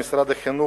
אם משרד החינוך,